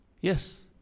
Yes